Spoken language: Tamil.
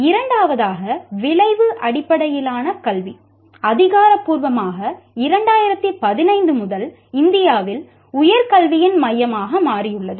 இரண்டாவதாக விளைவு அடிப்படையிலான கல்வி அதிகாரப்பூர்வமாக 2015 முதல் இந்தியாவில் உயர் கல்வியின் மையமாக மாறியுள்ளது